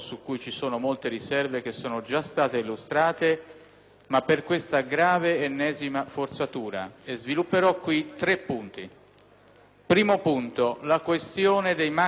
ma per la grave, ennesima forzatura. Al riguardo svilupperò tre punti. Primo punto: la questione dei maxiemendamenti associati alle fiducie.